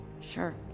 Sure